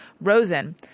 Rosen